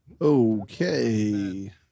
Okay